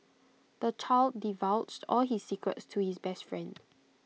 the child divulged all his secrets to his best friend